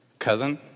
cousin